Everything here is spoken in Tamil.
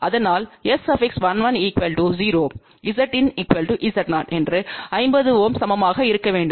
அதனால் S11 0 ZinZ0என்று 50 Ω சமமாக இருக்க வேண்டும்